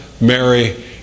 Mary